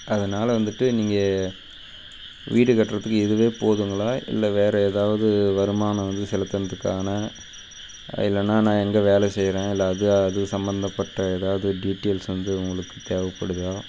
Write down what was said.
அதனால் வந்துவிட்டு நீங்கள் வீடு கட்டுறதுக்கு இதுவே போதும்ங்களா இல்லை வேறு ஏதாவது வருமானம் வந்து செலுத்தினதுக்கான இல்லைன்னா நான் எங்கே வேலை செய்கிறேன் இல்லை அது அது சம்மந்தப்பட்ட ஏதாவது டீட்டெயில்ஸ் வந்து உங்களுக்குத் தேவைப்படுதா